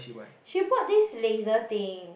she bought this laser thing